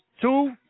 Two